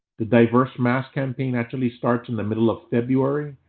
the diverse mass campaign actually starts in the middle of february.